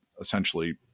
essentially